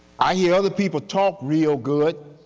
i hear other people talk real good,